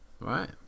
Right